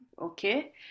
okay